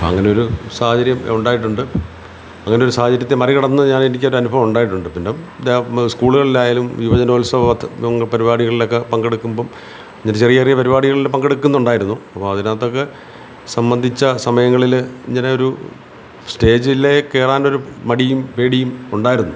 അങ്ങനെ ഒരു സാഹചര്യം ഉണ്ടായിട്ടുണ്ട് അങ്ങനൊരു സാഹചര്യത്തെ മറികടന്ന് ഞാൻ എനിക്കൊരു അനുഭവം ഉണ്ടായിട്ടുണ്ട് പിന്നെ ദ സ്കൂളുകളിലായാലും യുവജനോത്സവത്തിന് ഇതൊക്കെ പരിപാടികളിലൊക്കെ പങ്കെടുക്കുമ്പം ഇതിലും ചെറിയ ചെറിയ പരിപാടികളിൽ പങ്കെടുക്കുന്നുണ്ടായിരുന്നു അപ്പോൾ അതിനകത്തൊക്കെ സംബന്ധിച്ച സമയങ്ങളിൽ ഇങ്ങനെ ഒരു സ്റ്റേജിലേ കയറാനൊരു മടിയും പേടിയും ഉണ്ടായിരുന്നു